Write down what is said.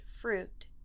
fruit